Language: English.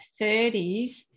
30s